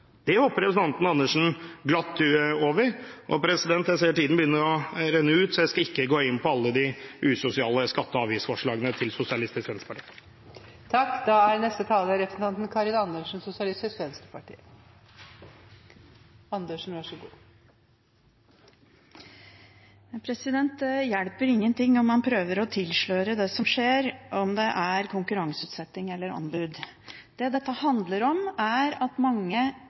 Det hopper representanten Andersen glatt over. Jeg ser tiden begynner å renne ut, så jeg skal ikke gå inn på alle de usosiale skatte- og avgiftsforslagene til Sosialistisk Venstreparti. Det hjelper ingenting om man prøver å tilsløre det som skjer, om det er konkurranseutsetting eller anbud. Det dette handler om, er at